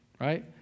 right